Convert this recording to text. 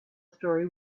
story